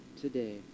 today